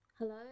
Hello